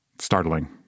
startling